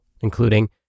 including